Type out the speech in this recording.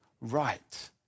right